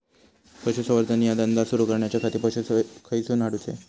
पशुसंवर्धन चा धंदा सुरू करूच्या खाती पशू खईसून हाडूचे?